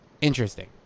Interesting